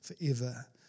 forever